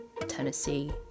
Tennessee